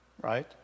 right